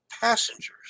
passengers